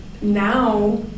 now